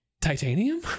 Titanium